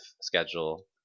schedule